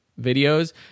videos